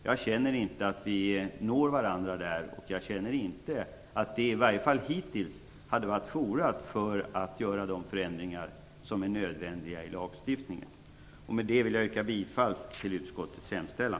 Jag känner inte att vi når varandra och inte att utskottet hittills har varit rätt forum för att genomföra de förändringar som är nödvändiga i lagstiftningen. Med det anförda vill jag yrka bifall till utskottets hemställan.